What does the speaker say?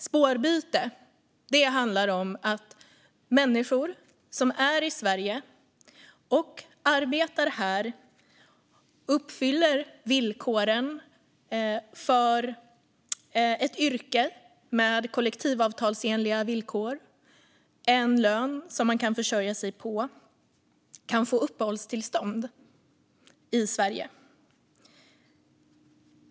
Spårbyte handlar om att människor som är i Sverige, som arbetar här, som uppfyller villkoren för ett yrke med kollektivavtalsenliga villkor och som har en lön de kan försörja sig på kan få uppehållstillstånd i Sverige.